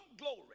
Glory